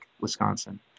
Wisconsin